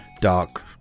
dark